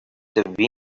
the